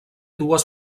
dues